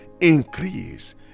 increase